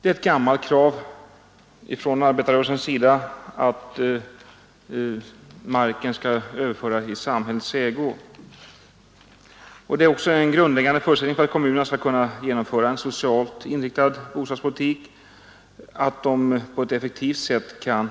Det är ett gammalt krav från arbetarrörelsen att all mark skall överföras i samhällets ägo. Det är också en grundläggande förutsättning för att kommunerna skall kunna genomföra en socialt inriktad bostadspolitik att de på ett effektivt sätt kan